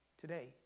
Today